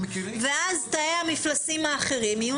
אז תאי המפלסים האחרים יהיו